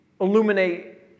illuminate